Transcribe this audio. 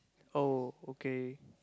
oh okay